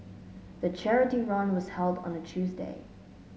the charity run was held on a Tuesday